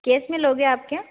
case में लोगे आप क्या